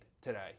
today